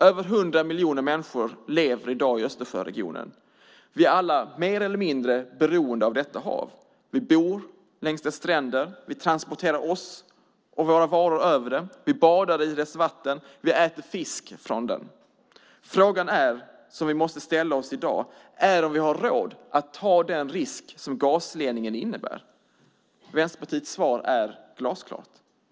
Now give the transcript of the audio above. Över hundra miljoner människor lever i dag i Östersjöregionen. Vi är alla mer eller mindre beroende av detta hav. Vi bor längs dess stränder. Vi transporterar oss själva och våra varor över det. Vi badar i dess vatten. Vi äter fisk från det. Den fråga som vi i dag måste ställa oss är om vi har råd att ta den risk som gasledningen innebär. Vänsterpartiets svar är glasklart.